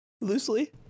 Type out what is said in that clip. loosely